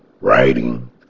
writing